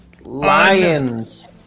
Lions